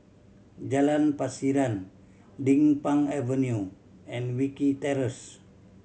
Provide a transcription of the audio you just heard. Jalan Pasiran Din Pang Avenue and Wilkie Terrace